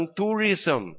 tourism